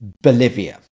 Bolivia